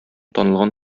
танылган